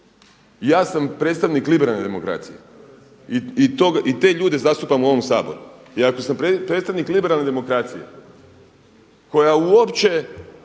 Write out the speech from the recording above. Ja sam predstavnik liberalne demokracije i te ljude zastupam u ovom Saboru i ako sam predstavnik liberalne demokracije koja uopće